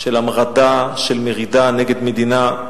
של המרדה, של מרידה נגד מדינה,